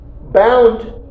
bound